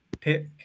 pick